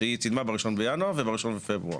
שהיא צילמה בראשון בינואר ובראשון בפברואר,